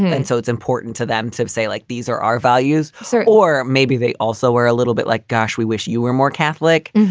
and so it's important to them to have, say, like, these are our values, sir. or maybe they also are a little bit like, gosh, we wish you were more catholic.